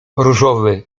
różowy